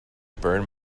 burn